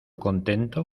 contento